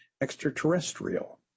extraterrestrial